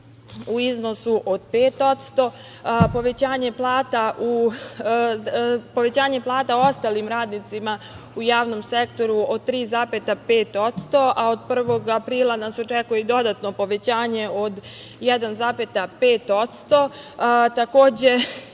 u iznosu od 5%, povećanje plata ostalim radnicima u javnom sektoru od 3,5%, a od 1. aprila nas očekuje i dodatno povećanje od 1,5%.